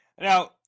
Now